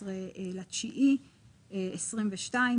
ב-19.9.2022,